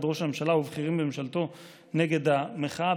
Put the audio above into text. ראש הממשלה ובכירים בממשלתי נגד המחאה,